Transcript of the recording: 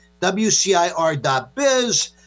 WCIR.biz